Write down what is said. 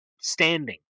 standing